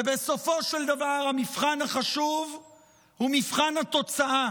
ובסופו של דבר המבחן החשוב הוא מבחן התוצאה